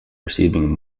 receiving